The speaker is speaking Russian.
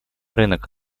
рынок